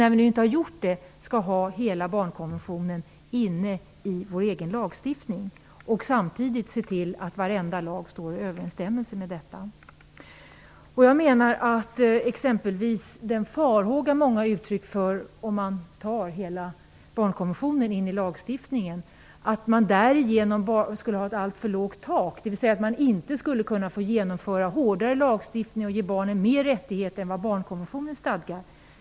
När vi nu inte har gjort, skall vi få med hela barnkonventionen inne i vår egen lagstiftning och samtidigt se till att varenda lag står i överensstämmelse med konventionen. Många ger uttryck för farhågan att om man tar in hela barnkonventionen i lagstiftningen skulle man därigenom få ett alltför lågt tak. Man skulle då inte kunna genomföra hårdare lagstiftning och ge barnen fler rättigheter än vad barnkonventionen stadgar.